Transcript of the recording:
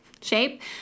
shape